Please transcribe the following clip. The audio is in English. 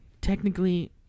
technically